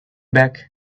back